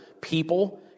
people